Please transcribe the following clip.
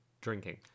drinking